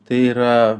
tai yra